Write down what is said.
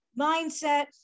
mindset